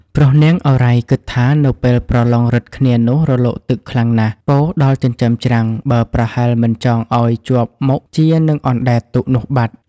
ព្រោះ នាងឱរ៉ៃ គិតថា " នៅពេលប្រឡងឫទ្ធិគ្នានោះរលកទឹកខ្លាំងណាស់ ពោរដល់ចិញ្ចើមច្រាំង បើប្រហែលមិនចងឲ្យ ជាប់មុខជានឹងអណ្តែតទូកនោះបាត់។